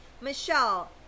Michelle